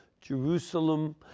Jerusalem